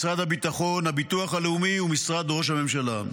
משרד הביטחון, הביטוח הלאומי ומשרד ראש הממשלה.